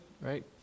right